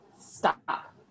Stop